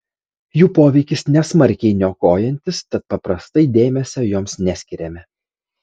jų poveikis nesmarkiai niokojantis tad paprastai dėmesio joms neskiriame